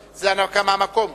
על מנת להכינה לקריאה ראשונה.